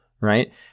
right